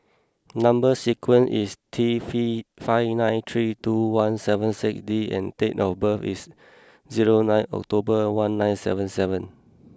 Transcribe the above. number sequence is T five nine three two one seven six D and date of birth is zero nine October one nine seven seven